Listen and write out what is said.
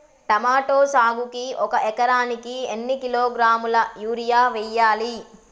Tomato సాగుకు ఒక ఎకరానికి ఎన్ని కిలోగ్రాముల యూరియా వెయ్యాలి?